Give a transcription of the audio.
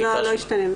לא.